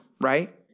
right